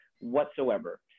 whatsoever